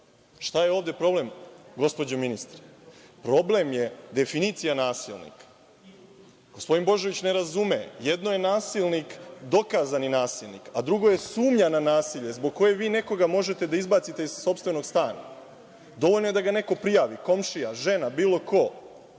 Šta je ovde problem, gospođo ministre? Problem je definicija nasilja. Gospodin Božović ne razume, jedno je nasilnik, dokazani nasilnik, a drugo je sumnja na nasilje zbog koga vi nekoga možete da izbacite iz sopstvenog stana. Dovoljno je da ga neko prijavi komšija, žena, bilo ko